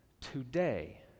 today